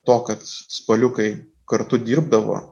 to kad spaliukai kartu dirbdavo